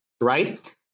right